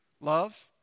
love